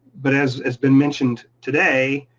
but as has been mentioned today,